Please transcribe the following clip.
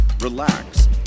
relax